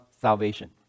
salvation